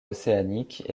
océaniques